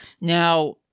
Now